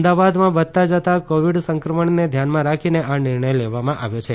અમદાવાદમાં વધતા જતાં કોવિડ સંક્રમણને ધ્યાનમાં રાખીને આ નિર્ણય લેવામાં આવ્યો છે